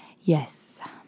Yes